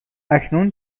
اکنون